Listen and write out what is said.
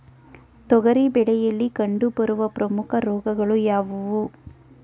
ತೊಗರಿ ಬೆಳೆಯಲ್ಲಿ ಕಂಡುಬರುವ ಪ್ರಮುಖ ರೋಗಗಳು ಯಾವುವು?